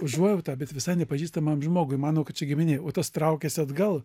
užuojautą bet visai nepažįstamam žmogui mano kad čia giminė o tas traukiasi atgal